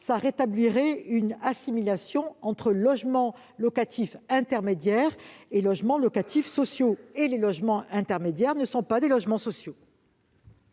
rétablirait une assimilation entre logements locatifs intermédiaires et logements locatifs sociaux. Or les logements intermédiaires ne sont pas des logements sociaux